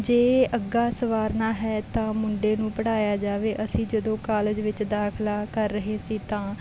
ਜੇ ਅੱਗਾ ਸਵਾਰਨਾ ਹੈ ਤਾਂ ਮੁੰਡੇ ਨੂੰ ਪੜ੍ਹਾਇਆ ਜਾਵੇ ਅਸੀਂ ਜਦੋਂ ਕਾਲਜ ਵਿੱਚ ਦਾਖਲਾ ਕਰ ਰਹੇ ਸੀ ਤਾਂ